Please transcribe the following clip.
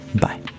bye